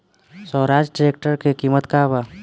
Swaraj tractor के किमत का बा?